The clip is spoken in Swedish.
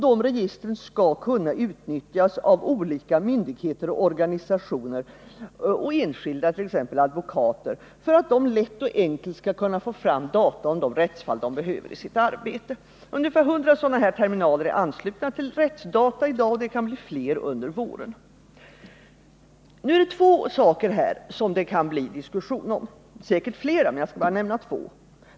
De registren skall kunna utnyttjas av olika myndigheter, organisationer och enskilda, t.ex. advokater, för att de lätt och enkelt skall kunna få fram de data om rättsfall som de behöver i sitt arbete. Ungefär 100 sådana terminaler är anslutna till RÄTTSDATA i dag, och det kan bli flera under våren. Nu är det två saker här som det kan bli diskussion om — säkert flera men jag skall bara nämna två.